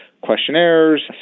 questionnaires